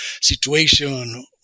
situation